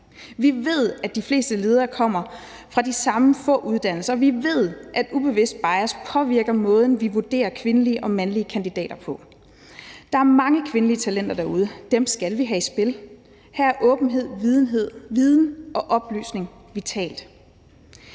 Vi ved, at de fleste ledere kommer fra de samme få uddannelser, og vi ved, at ubevidste bias påvirker måden, vi vurderer kvindelige og mandlige kandidater på. Der er mange kvindelige talenter derude. Dem skal vi have i spil. Her er åbenhed, viden og oplysning vital.